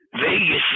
Vegas